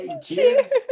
cheers